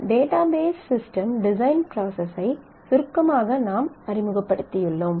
database system design process ஐ சுருக்கமாக நாம் அறிமுகப்படுத்தி உள்ளோம்